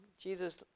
Jesus